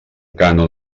cànon